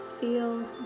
feel